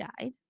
died